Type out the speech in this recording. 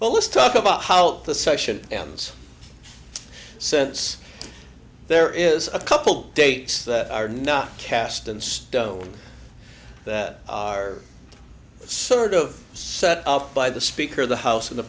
well let's talk about how the session ends since there is a couple dates that are not cast in stone that are sort of set up by the speaker of the house of the